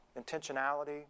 intentionality